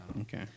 okay